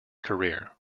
career